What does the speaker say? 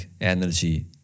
energy